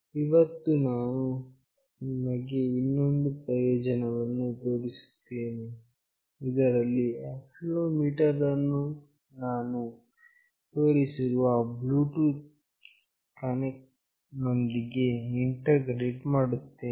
ಇವತ್ತು ನಾನು ನಿಮಗೆ ಇನ್ನೊಂದು ಪ್ರಯೋಗವನ್ನು ತೋರಿಸುತ್ತೇನೆ ಇದರಲ್ಲಿ ಆಕ್ಸೆಲೆರೋಮೀಟರ್ ಅನ್ನು ನಾನು ತೋರಿಸಿರುವ ಬ್ಲೂಟೂತ್ ಕನೆಕ್ಷನ್ ನೊಂದಿಗೆ ಇಂಟಿಗ್ರೇಟ್ ಮಾಡುತ್ತೇನೆ